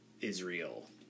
Israel